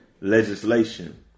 legislation